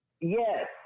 Yes